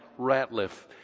Ratliff